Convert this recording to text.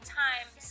times